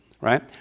right